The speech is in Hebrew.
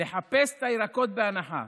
לחפש את הירקות בהנחה.